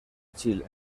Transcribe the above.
chile